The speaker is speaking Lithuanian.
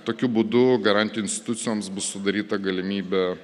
tokiu būdu garantijų institucijoms bus sudaryta galimybė